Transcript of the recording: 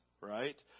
right